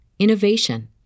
innovation